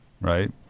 right